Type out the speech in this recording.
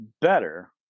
better